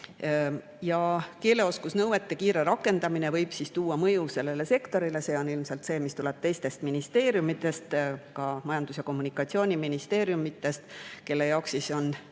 Ja keeleoskusnõuete kiire rakendamine võib tuua mõju sellele sektorile. See on ilmselt see, mis tuleb teistest ministeeriumidest, ka Majandus‑ ja Kommunikatsiooniministeeriumist. Paljude inimeste